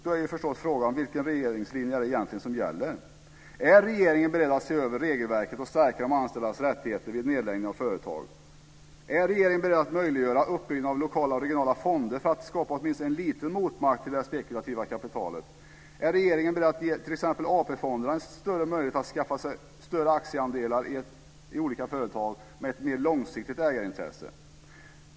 Då är förstås frågan: Vilken regeringslinje är det egentligen som gäller? Är regeringen beredd att se över regelverket och stärka de anställdas rättigheter vid nedläggning av företag? Är regeringen beredd att möjliggöra uppbyggnad av lokala och regionala fonder för att skapa åtminstone en liten motmakt till det spekulativa kapitalet? Är regeringen beredd att ge t.ex. AP-fonderna större möjlighet att skaffa sig fler aktieandelar i olika företag, med ett mer långsiktigt ägarintresse?